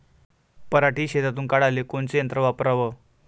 पराटी शेतातुन काढाले कोनचं यंत्र वापराव?